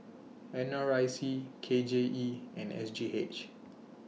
N R I C K J E and S G H